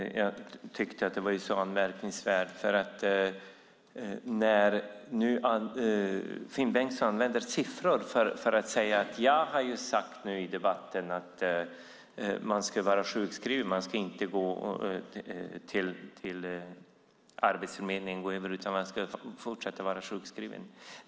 Jag tycker att det är anmärkningsvärt när Finn Bengtsson använder siffror för att säga att jag nu har sagt i debatten att man ska vara sjukskriven, att man inte ska gå till Arbetsförmedlingen över huvud taget utan fortsätta att vara sjukskriven.